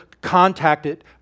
contacted